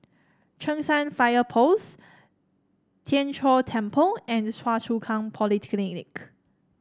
Cheng San Fire Post Tien Chor Temple and Choa Chu Kang Polyclinic